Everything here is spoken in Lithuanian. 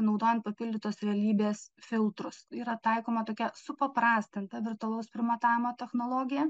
naudojant papildytos realybės filtrus yra taikoma tokia supaprastinta virtualaus primatavimo technologija